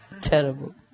Terrible